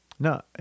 No